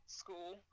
school